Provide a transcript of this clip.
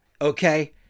okay